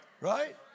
Right